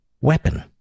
weapon